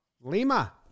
Lima